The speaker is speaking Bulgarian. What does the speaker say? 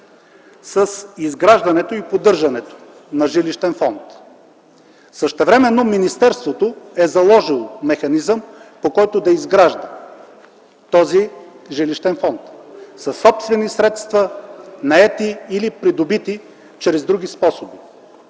с изграждането и поддържането на жилищен фонд. Същевременно министерството е заложило механизъм, по който да изгражда този жилищен фонд – със собствени средства, наети или придобити чрез други способи.